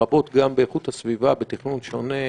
לרבות גם באיכות הסביבה בתכנון שונה,